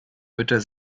mütter